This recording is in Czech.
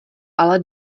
ale